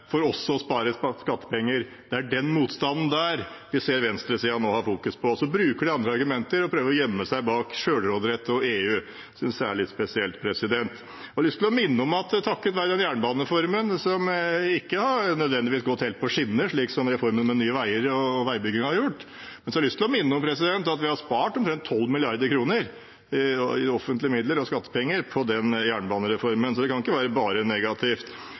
for også å spare skattepenger. Det er den motstanden vi ser venstresiden nå fokuserer på. Men de bruker andre argumenter og prøver å gjemme seg bak selvråderett og EU. Det synes jeg er litt spesielt. Jeg har lyst til å minne om at vi takket være jernbanereformen, som ikke nødvendigvis har gått helt på skinner, slik som reformen med Nye Veier og veibygging har gjort, har spart 12 mrd. kr i offentlige midler og skattepenger, så det kan ikke være bare negativt. Jeg hørte at